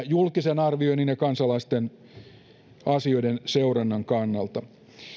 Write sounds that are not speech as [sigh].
[unintelligible] julkisen arvioinnin ja kansalaisten asioiden seurannan kannalta